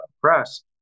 press